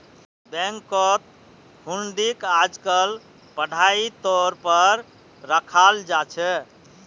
बैंकत हुंडीक आजकल पढ़ाई तौर पर रखाल जा छे